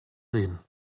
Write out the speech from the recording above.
reden